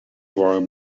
wore